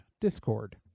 discord